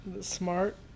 smart